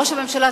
ראש הממשלה,